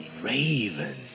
raven